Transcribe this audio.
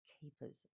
keepers